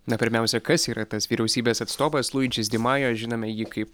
na pirmiausia kas yra tas vyriausybės atstovas luidžis di majo žinome jį kaip